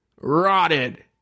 rotted